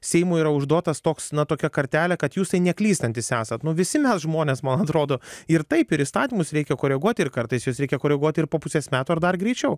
seimui yra užduotas toks na tokia kartelė kad jūs tai neklystantys esat nu visi mes žmonės man atrodo ir taip ir įstatymus reikia koreguoti ir kartais juos reikia koreguot ir po pusės metų ar dar greičiau